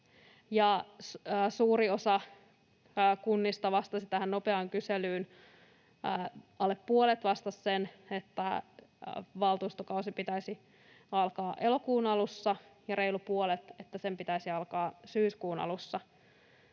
suuri osa kunnista vastasi tähän nopeaan kyselyyn. Alle puolet vastasi, että valtuustokauden pitäisi alkaa elokuun alussa, ja reilu puolet, että sen pitäisi alkaa syyskuun alussa.